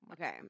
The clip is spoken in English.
okay